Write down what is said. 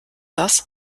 das